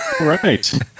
Right